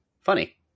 funny